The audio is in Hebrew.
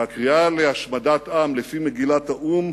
והקריאה להשמדת עם, לפי מגילת האו"ם,